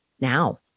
now